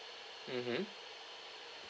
mmhmm